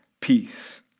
peace